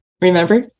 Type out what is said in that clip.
Remember